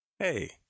Hey